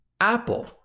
Apple